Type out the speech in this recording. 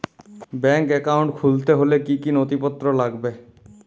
Bank account খুলতে হলে কি কি নথিপত্র লাগবে?